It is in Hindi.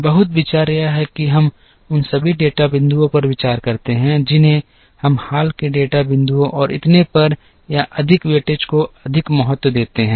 बहुत विचार यह है कि हम उन सभी डेटा बिंदुओं पर विचार करते हैं जिन्हें हम हाल के डेटा बिंदुओं और इतने पर या अधिक वेटेज को अधिक महत्व देते हैं